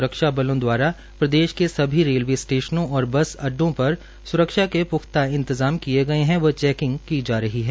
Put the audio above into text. स्रक्षा बलों दवारा प्रदेश के सभी रेलवे स्टेशनों और बस अड्डों पर स्रक्षा के प्ख्ता इंतजाम किए गए है व चैंकिंग की जा रही है